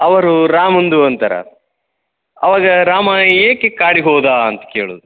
ಅವರು ರಾಮಂದು ಅಂತರಾ ಆವಾಗ ರಾಮ ಏಕೆ ಕಾಡಿಗೆ ಹೋದಾ ಅಂತ ಕೇಳುದು